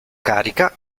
carica